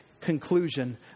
conclusion